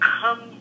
come